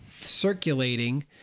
circulating